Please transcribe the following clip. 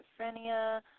schizophrenia